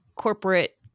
corporate